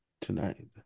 tonight